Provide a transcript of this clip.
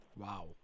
Wow